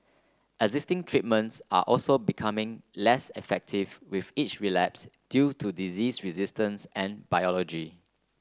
existing treatments also becoming less effective with each relapse due to disease resistance and biology